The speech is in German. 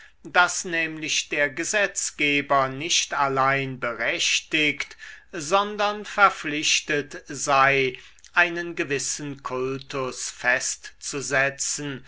daß nämlich der gesetzgeber nicht allein berechtigt sondern verpflichtet sei einen gewissen kultus festzusetzen